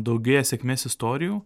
daugėja sėkmės istorijų